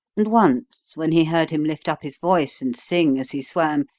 and once, when he heard him lift up his voice and sing as he swam,